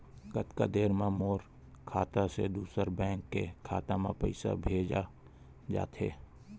कतका देर मा मोर खाता से दूसरा बैंक के खाता मा पईसा भेजा जाथे?